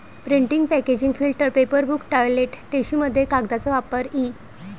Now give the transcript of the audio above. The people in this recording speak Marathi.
printing packaging filter paper book toilet टिश्यूमध्ये कागदाचा वापर इ